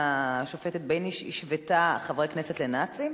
השופטת בייניש, השוותה חברי הכנסת לנאצים?